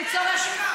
אז למה התשובה?